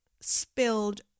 spilled